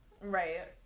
Right